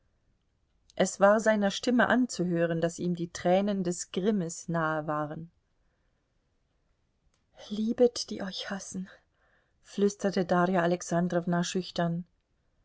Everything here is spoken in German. es war seiner stimme anzuhören daß ihm die tränen des grimmes nahe waren liebet die euch hassen flüsterte darja alexandrowna schüchtern